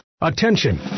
Attention